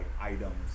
items